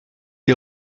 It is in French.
les